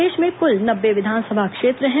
प्रदेश में कुल नब्बे विधानसभा क्षेत्र हैं